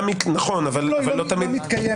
ללא איום היא לא מתקיימת.